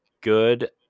good